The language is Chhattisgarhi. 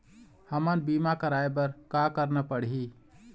हमन बीमा कराये बर का करना पड़ही?